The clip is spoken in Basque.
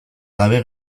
gabe